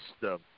system